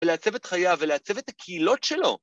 ‫ולעצב את חיה ולעצב את הקהילות שלו.